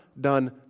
done